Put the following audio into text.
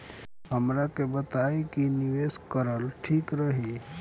हमरा के बताई की निवेश करल ठीक रही?